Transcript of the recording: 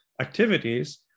activities